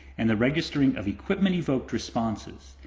and the registering of equipment evoked responses.